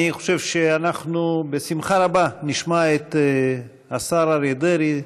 אני חושב שאנחנו בשמחה רבה נשמע את השר אריה דרעי,